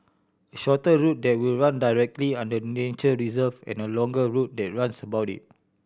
a shorter route that will run directly under the nature reserve and a longer route that runs about it